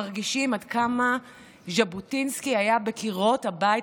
מרגישים עד כמה ז'בוטינסקי היה בקירות הבית,